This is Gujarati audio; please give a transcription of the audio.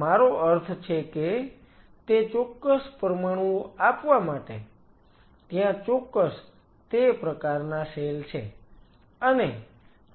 મારો અર્થ છે કે તે ચોક્કસ પરમાણુઓ આપવા માટે ત્યાં ચોક્કસ તે પ્રકારના સેલ છે અને